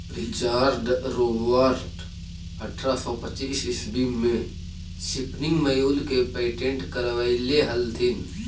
Richard Robert अट्ठरह सौ पच्चीस ईस्वी में स्पीनिंग म्यूल के पेटेंट करवैले हलथिन